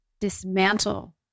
dismantle